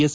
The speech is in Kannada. ಎಸ್